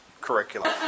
curriculum